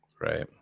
Right